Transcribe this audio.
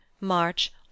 march